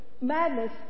Madness